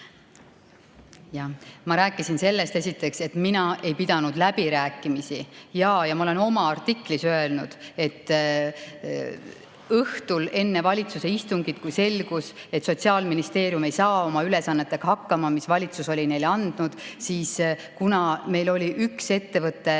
Ma rääkisin sellest, esiteks, et mina ei pidanud läbirääkimisi. Jaa, ma olen oma artiklis öelnud, et õhtul enne valitsuse istungit, kui selgus, et Sotsiaalministeerium ei saa hakkama ülesannetega, mis valitsus oli neile andnud, siis kuna meile oli üks ettevõte